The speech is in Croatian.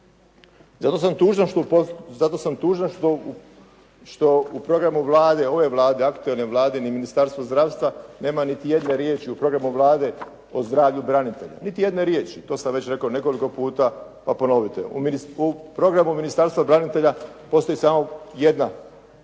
Zato sam tužan što u programu Vlade, ove Vlade aktualne Vlade ni Ministarstva zdravstva nema niti jedne riječi u programu Vlade o zdravlju branitelja, niti jedne riječi. To sam rekao već nekoliko puta, pa ponovite. U programu Ministarstvu branitelja postoji samo jedna